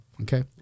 Okay